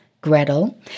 Gretel